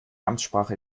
amtssprache